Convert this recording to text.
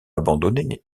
abandonnés